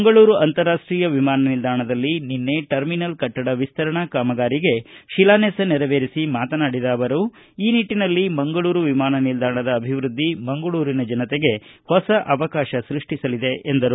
ಮಂಗಳೂರು ಅಂತಾರಾಷ್ವೀಯ ವಿಮಾನ ನಿಲ್ದಾಣದಲ್ಲಿ ನಿನ್ನೆ ಟರ್ಮಿನಲ್ ಕಟ್ಟಡ ವಿಸ್ತರಣಾ ಕಾಮಗಾರಿಗೆ ಶಿಲಾನ್ದಾಸ ನೆರವೇರಿಸಿ ಮಾತನಾಡಿದ ಅವರು ಈ ನಿಟ್ಟನಲ್ಲಿ ಮಂಗಳೂರು ವಿಮಾನ ನಿಲ್ದಾಣದ ಅಭಿವೃದ್ದಿ ಮಂಗಳೂರಿನ ಜನತೆಗೆ ಹೊಸ ಅವಕಾಶ ಸೃಷ್ಟಿಸಲಿದೆ ಎಂದರು